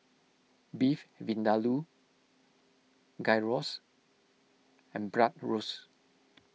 Beef Vindaloo Gyros and Bratwurst